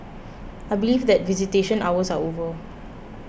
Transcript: I believe that visitation hours are over